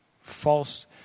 false